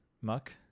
muck